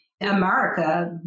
America